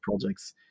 projects